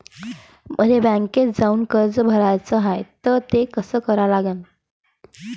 मले बँकेत जाऊन कर्ज भराच हाय त ते कस करा लागन?